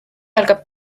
algab